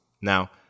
Now